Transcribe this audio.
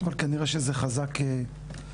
אבל כנראה שזה חזק מחלקנו.